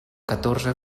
catorze